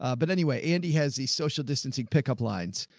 ah but anyway, andy has these social distancing pickup lines.